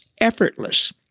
Effortless